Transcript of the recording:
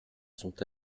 sont